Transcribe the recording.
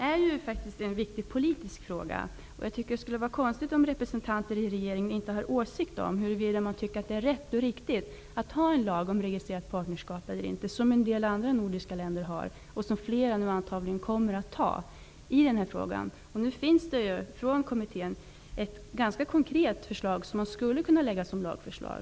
Fru talman! Detta är en viktig politisk fråga. Det är konstigt om representanter för regeringen inte har åsikter om huruvida det är rätt och riktigt att ha en lag om registrerat partnerskap eller inte. En del andra nordiska länder har detta, och fler kommer antagligen att få det. Nu finns det ju ett ganska konkret förslag från kommittén som skulle kunna läggas fram som ett lagförslag.